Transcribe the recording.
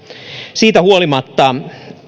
siitä huolimatta